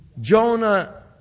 Jonah